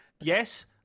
Yes